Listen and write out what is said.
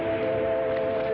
or